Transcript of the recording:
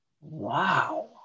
Wow